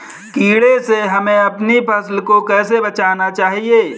कीड़े से हमें अपनी फसल को कैसे बचाना चाहिए?